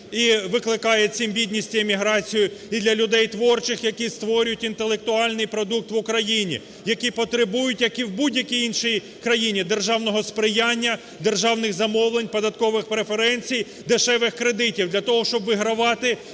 і викликає цим бідність і еміграцію, і для людей творчих, які створюють інтелектуальний продукт в Україні, які потребують, як і в будь-якій іншій країні, державного сприяння, державних замовлень, податкових преференцій, дешевих кредитів для того, щоб вигравати